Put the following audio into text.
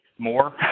more